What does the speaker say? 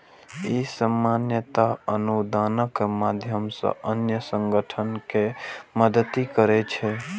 ई सामान्यतः अनुदानक माध्यम सं अन्य संगठन कें मदति करै छै